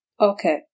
Okay